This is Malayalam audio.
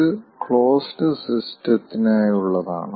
ഇത് ക്ലോസ്ഡ് സിസ്റ്റ്ത്തിനായുള്ളതാണ്